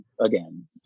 again